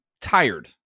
tired